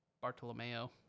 bartolomeo